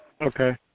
Okay